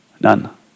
none